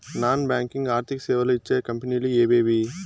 Non banking ఆర్థిక సేవలు ఇచ్చే కంపెని లు ఎవేవి?